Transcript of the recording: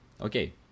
Okay